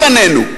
לפנינו ,